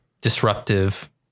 disruptive